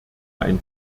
ein